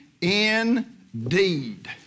indeed